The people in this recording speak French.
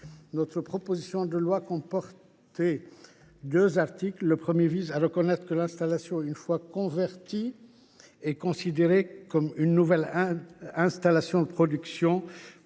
Notre proposition de loi comportait initialement deux articles. Le premier vise à reconnaître que l’installation, une fois convertie, est une nouvelle installation de production,